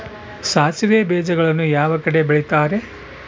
ಸಾಸಿವೆ ಬೇಜಗಳನ್ನ ಯಾವ ಕಡೆ ಬೆಳಿತಾರೆ?